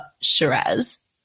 shiraz